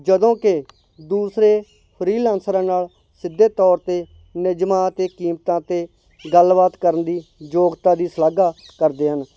ਜਦੋਂ ਕਿ ਦੂਸਰੇ ਫ੍ਰੀਲੈਨਸਰਾਂ ਨਾਲ ਸਿੱਧੇ ਤੌਰ 'ਤੇ ਨਿਯਮਾਂ ਅਤੇ ਕੀਮਤਾਂ 'ਤੇ ਗੱਲਬਾਤ ਕਰਨ ਦੀ ਯੋਗਤਾ ਦੀ ਸ਼ਲਾਘਾ ਕਰਦੇ ਹਨ